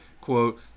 Quote